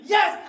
Yes